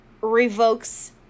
Revokes